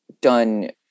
done